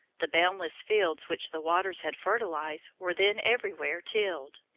the boundless fields which the waters had fertilized were then every where tilled.